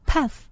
Puff